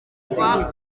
kuva